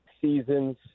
seasons